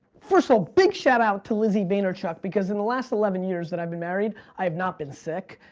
first of all, big shout out to lizzie vaynerchuk because in the last eleven years that i've been married, i have not been sick.